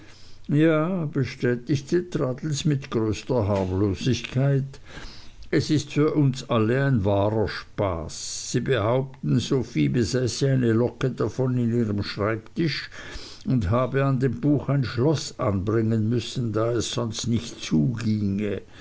ja bestätigte traddles mit größter harmlosigkeit es ist für uns alle ein wahrer spaß sie behaupten sophie besäße eine locke davon in ihrem schreibtisch und habe an dem buch ein schloß anbringen müssen da es sonst nicht